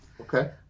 Okay